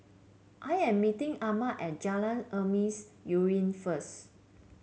I am meeting Ahmed at Jalan Emas Urai first